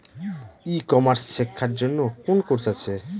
ই commerce শেক্ষার জন্য কোন কোর্স আছে?